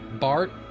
Bart